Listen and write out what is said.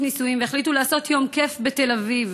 נישואין והחליטו לעשות יום כיף בתל אביב,